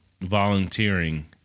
volunteering